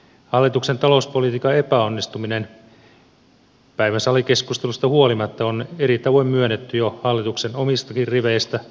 hallituksen talouspolitiikan epäonnistuminen päivän salikeskustelusta huolimatta on eri tavoin myönnetty jo hallituksen omistakin riveistä